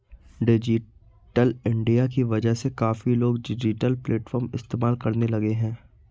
digital India की वजह से काफी लोग डिजिटल प्लेटफ़ॉर्म इस्तेमाल करने लगे हैं